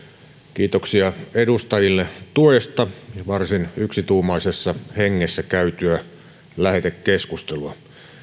kiitoksia edustajille tuesta varsin yksituumaisessa hengessä käytyä lähetekeskustelua